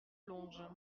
longe